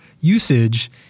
usage